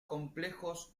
complejos